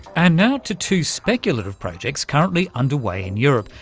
and now to two speculative projects currently underway in europe,